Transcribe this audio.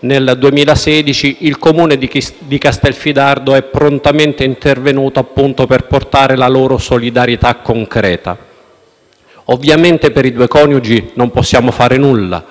nel 2016, il Comune di Castelfidardo è prontamente intervenuto, appunto, per portare solidarietà concreta. Ovviamente per i due coniugi non possiamo fare nulla;